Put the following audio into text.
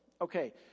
Okay